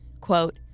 Quote